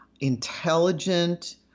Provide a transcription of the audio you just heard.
intelligent